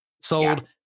sold